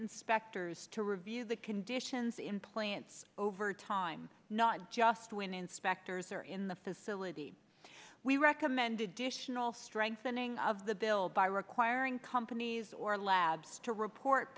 inspectors to review the conditions in plants over time not just when inspectors are in the facility we recommended dition all strengthening of the bill by requiring companies or labs to report